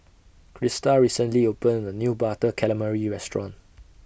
Crysta recently opened A New Butter Calamari Restaurant